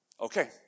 Okay